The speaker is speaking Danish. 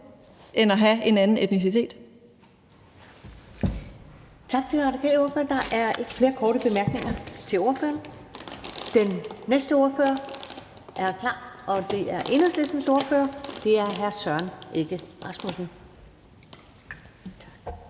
end at have en anden etnicitet.